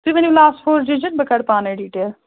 تُہۍ ؤنِو last four digit بہٕ کَڈٕ پانَے ڈِٹیل